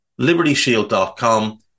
LibertyShield.com